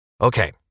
Okay